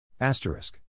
Asterisk